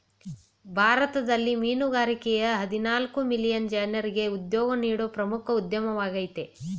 ಭಾರತದಲ್ಲಿ ಮೀನುಗಾರಿಕೆಯ ಹದಿನಾಲ್ಕು ಮಿಲಿಯನ್ ಜನ್ರಿಗೆ ಉದ್ಯೋಗ ನೀಡೋ ಪ್ರಮುಖ ಉದ್ಯಮವಾಗಯ್ತೆ